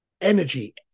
energy